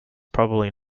probably